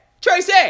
Tracy